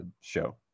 show